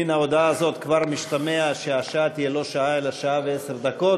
מן ההודעה הזאת כבר משתמע שהשעה תהיה לא שעה אלא שעה ועשר דקות,